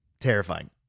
terrifying